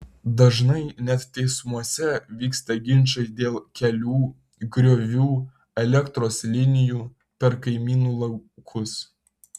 dažnai net teismuose vyksta ginčai dėl kelių griovių elektros linijų per kaimynų laukus